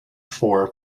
for